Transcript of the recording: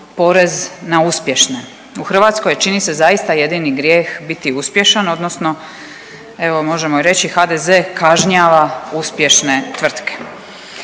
porez na uspješne, u Hrvatskoj je čini se zaista jedini grijeh biti uspješan odnosno evo možemo reći HDZ kažnjava uspješne tvrtke.